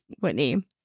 Whitney